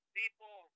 people